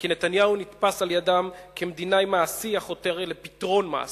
כי נתניהו נתפס על-ידם כמדינאי מעשי החותר לפתרון מעשי,